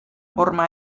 horma